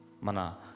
Mana